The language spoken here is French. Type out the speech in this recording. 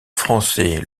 français